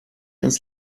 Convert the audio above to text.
uns